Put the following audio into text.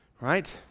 Right